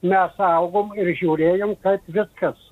mes augom ir žiūrėjom kaip viskas